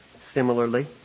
similarly